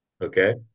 Okay